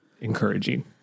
encouraging